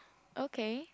okay